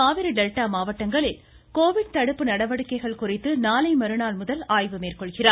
Kaveri delta மாவட்டங்களில் Covid தடுப்பு நடவடிக்கைகள் குறித்து நாளை மறுநாள் முதல் ஆய்வு மேற்கொள்கிறார்